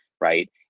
right